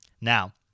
Now